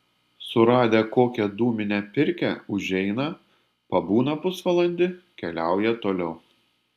suradę kokią dūminę pirkią užeina pabūna pusvalandį keliauja toliau